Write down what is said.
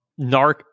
NARC